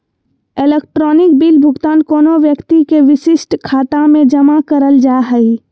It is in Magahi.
इलेक्ट्रॉनिक बिल भुगतान कोनो व्यक्ति के विशिष्ट खाता में जमा करल जा हइ